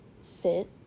sit